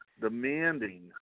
demanding